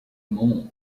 monde